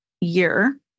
year